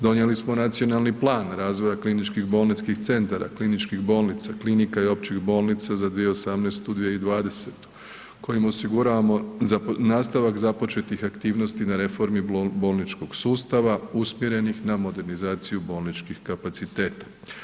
Donijeli smo nacionalni plan razvoja kliničkih bolničkih centara, kliničkih bolnica, klinika i općih bolnica za 2018.-2020. kojim osiguravamo nastavak započetih aktivnosti na reformi bolničkog sustava usmjerenih na modernizaciju bolničkih kapaciteta.